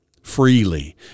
Freely